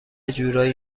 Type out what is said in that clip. جورایی